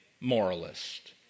moralist